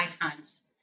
icons